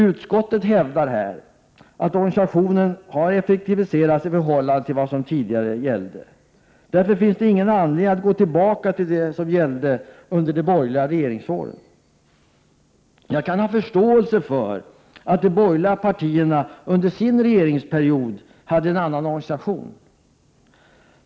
Utskottet hävdar att organisationen har effektiviserats i förhållande till vad som tidigare gällde. Därför finns ingen anledning att gå tillbaka till vad som gällde under de borgerliga regeringsåren. Jag kan ha förståelse för att de borgerliga partierna under sin regeringsperiod hade en annan organisation.